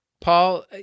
Paul